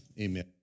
amen